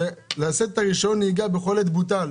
לשאת את רישיון הנהיגה בכל עת בוטל,